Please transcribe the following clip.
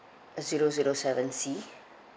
uh zero zero seven C